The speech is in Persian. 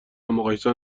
مقایسه